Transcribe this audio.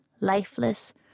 lifeless